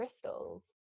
crystals